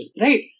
right